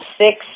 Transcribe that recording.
six